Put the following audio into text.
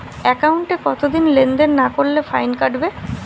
একাউন্টে কতদিন লেনদেন না করলে ফাইন কাটবে?